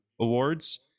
Awards